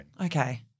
Okay